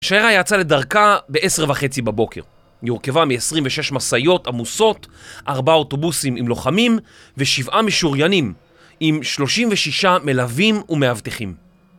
השיירה יצאה לדרכה בעשר וחצי בבוקר היא הורכבה מ-26 מסעיות עמוסות, 4 אוטובוסים עם לוחמים ו-7 משוריינים עם 36 מלווים ומאבטחים